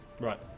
right